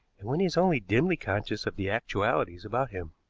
and when he is only dimly conscious of the actualities about him.